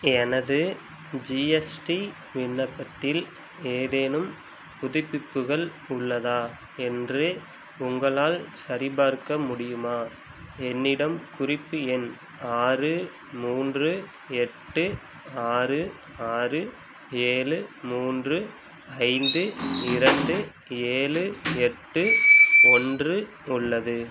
எனது ஜிஎஸ்டி விண்ணப்பத்தில் ஏதேனும் புதுப்பிப்புகள் உள்ளதா என்று உங்களால் சரிபார்க்க முடியுமா என்னிடம் குறிப்பு எண் ஆறு மூன்று எட்டு ஆறு ஆறு ஏழு மூன்று ஐந்து இரண்டு ஏழு எட்டு ஒன்று உள்ளது